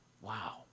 wow